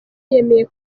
yemeye